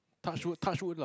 touch wood touch wood lah